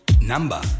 number